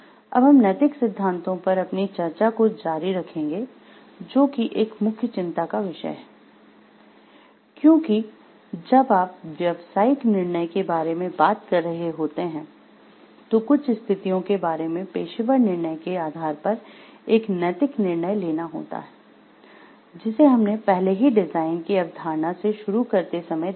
अब हम नैतिक सिद्धांतों पर अपनी चर्चा को जारी रखेंगे जो कि एक मुख्य चिंता का विषय है क्योंकि जब आप व्यावसायिक निर्णय के बारे में बात कर रहे होते हैं तो कुछ स्थितियों के बारे में पेशेवर निर्णय के आधार पर एक नैतिक निर्णय लेना होता है जिसे हमने पहले ही डिजाइन के अवधारणा से शुरू करते समय देखा था